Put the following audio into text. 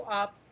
up